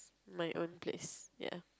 my own place ya